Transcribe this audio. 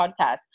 podcast